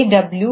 W